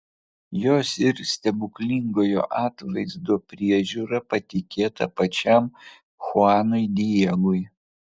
jos ir stebuklingojo atvaizdo priežiūra patikėta pačiam chuanui diegui